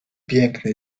piękny